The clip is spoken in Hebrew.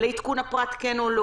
לעדכון הפרט - כן או לא,